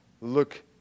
look